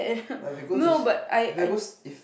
like if I go to s~ if I go s~ if